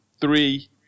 three